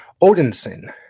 Odinson